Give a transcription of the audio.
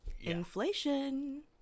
Inflation